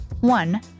one